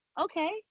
okay